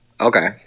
Okay